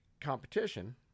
competition